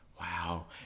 wow